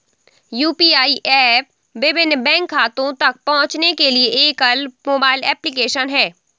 UPI app विभिन्न bank खातों तक पहुँचने के लिए एकल मोबाइल एप्लिकेशन है